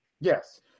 Yes